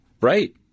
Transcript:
right